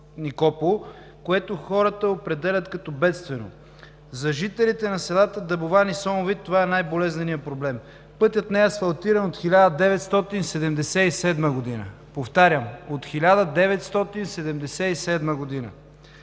което хората определят като бедствено. За жителите на селата Дъбован и Сомовит това е най-болезненият проблем. Пътят не е асфалтиран от 1977 г. Повтарям, от 1977 г.!